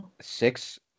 six